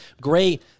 great